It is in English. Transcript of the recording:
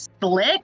Slick